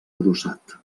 adossat